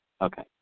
Okay